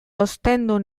ostendu